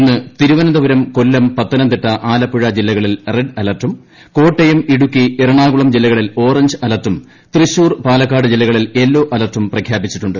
ഇന്ന് തിരുവനന്തപുരം കൊല്ലം പത്തനംതിട്ട ആലപ്പുഴ ജില്ലകളിൽ റെഡ് അലർട്ടും കോട്ടയം ഇടുക്കി എറണാകുളം ജില്ലകളിൽ ഓറഞ്ച് അലർട്ടും തൃശൂർ പാലക്കാട് ജില്ലകളിൽ യെല്ലോ അലേർട്ടും പ്രഖ്യാപിച്ചിട്ടുണ്ട്